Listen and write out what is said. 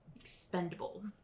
expendable